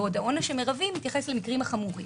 בעוד העונש המרבי מתייחס למקרים החמורים.